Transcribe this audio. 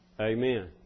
Amen